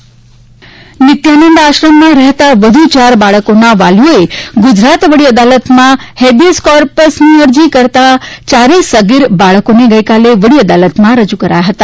નિત્યાનંદ નિત્યાનંદ આશ્રમમાં રહેતા વધુ ચાર બાળકોના વાલીઓએ ગુજરાત વડી અદાલતમાં હેબિયસ કોપર્સ અરજી કરતાં ચારેય સગીર બાળકોને ગઈકાલે વડી અદાલતમાં રજૂ કરાયા હતા